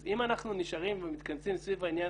אז אם אנחנו נשארים ומתכנסים סביב העניין